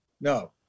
no